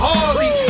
Harley